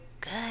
good